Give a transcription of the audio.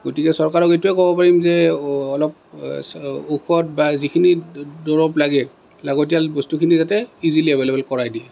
গতিকে চৰকাৰক এইটোৱেই ক'ব পাৰিম যে অলপ ঔষধ বা যিখিনি দৰব লাগে লাগতিয়াল বস্তুখিনি যাতে ইজিলী এভেইলেৱল কৰাই দিয়ে